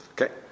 Okay